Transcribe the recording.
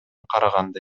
караганда